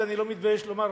ואני לא מתבייש לומר,